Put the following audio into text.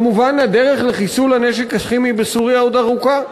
כמובן, הדרך לחיסול הנשק הכימי בסוריה עוד ארוכה.